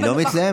היא לא מתלהמת,